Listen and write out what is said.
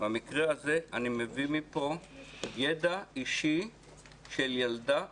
במקרה הזה אני מביא מפה ידע אישי של ילדה אחת.